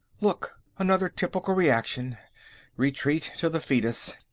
look. another typical reaction retreat to the foetus.